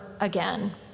again